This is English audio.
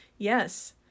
Yes